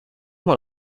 mal